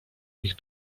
ich